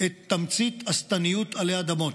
את תמצית השטניות עלי אדמות.